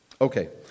Okay